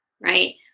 right